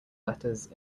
letters